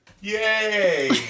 Yay